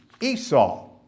Esau